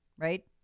Right